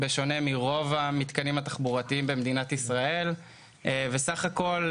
בשונה מרוב המתקנים התחבורתיים במדינת ישראל ובסך הכול,